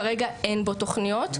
כרגע אין בו תוכניות.